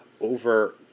over